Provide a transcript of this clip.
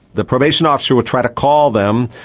the probation officer will try to call them,